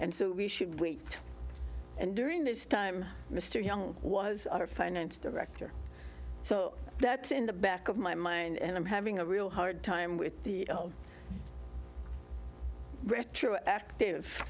and so we should wait and during this time mr young was our finance director so that's in the back of my mind and i'm having a real hard time with the retro active